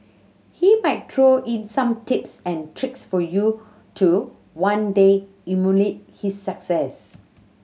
he might throw in some tips and tricks for you to one day emulate his success